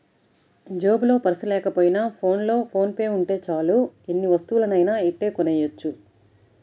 జేబులో పర్సు లేకపోయినా ఫోన్లో ఫోన్ పే ఉంటే చాలు ఎన్ని వస్తువులనైనా ఇట్టే కొనెయ్యొచ్చు